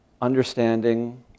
understanding